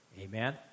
Amen